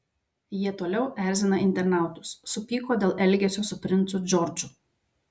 jie toliau erzina internautus supyko dėl elgesio su princu džordžu